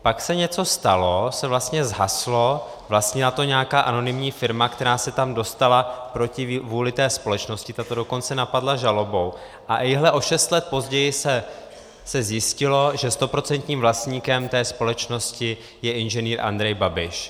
Pak se něco stalo, vlastně se zhaslo, vlastnila to nějaká anonymní firma, která se tam dostala proti vůli té společnosti, ta to dokonce napadla žalobou a ejhle, o šest let později se zjistilo, že stoprocentním vlastníkem té společnosti je Ing. Andrej Babiš.